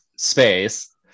space